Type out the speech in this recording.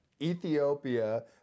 Ethiopia